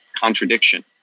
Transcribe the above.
contradiction